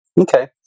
Okay